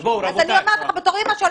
אז אני אומרת לך בתור אמא,